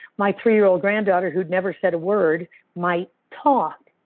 my three year old granddaughter who never said a word might talk.